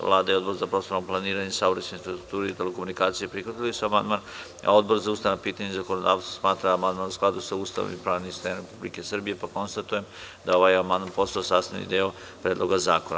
Vlada i Odbor za prostorno planiranje, saobraćaj, infrastrukturu i telekomunikacije prihvatili su amandman, a Odbor za ustavna pitanja i zakonodavstvo smatra da je amandman u skladu sa Ustavom i pravnim sistemom Republike Srbije, pa konstatujem da je ovaj amandman postao sastavni deo Predloga zakona.